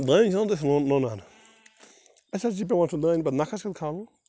وۅنۍ چھَنہٕ تتھ یِوان اسہِ حظ چھُ پیٚوان سُہ دانہِ پتہٕ نکھس کیٚتھ کھالُن